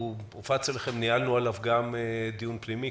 הוא הופץ בין כל חברי הוועדה ואף ניהלנו אודותיו דיון פנימי.